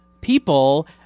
people